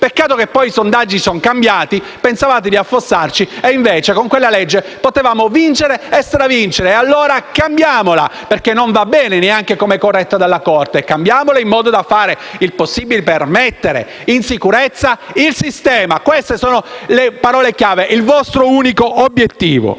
Peccato che poi i sondaggi sono cambiati. Pensavate di affossarci e invece con quella legge potevamo vincere e stravincere e allora cambiamola, perché non va bene, neanche corretta dalla Corte. Cambiamola in maniera tale da fare il possibile per mettere in sicurezza il sistema. Queste sono le parole chiave. Questo è il vostro unico obiettivo.